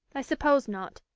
i suppose not.